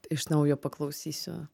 iš naujo paklausysiu